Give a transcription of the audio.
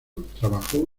trabajó